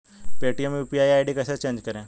Paytm UPI ID कैसे change करें?